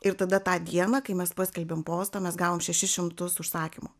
ir tada tą dieną kai mes paskelbėm postą mes gavom šešis šimtus užsakymų